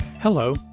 Hello